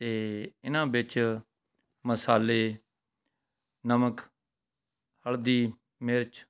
ਅਤੇ ਇਹਨਾਂ ਵਿੱਚ ਮਸਾਲੇ ਨਮਕ ਹਲਦੀ ਮਿਰਚ